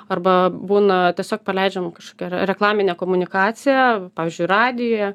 arba būna tiesiog paleidžiam kažkokią reklaminę komunikaciją pavyzdžiui radijuje